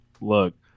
Look